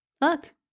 Look